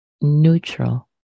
neutral